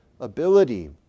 ability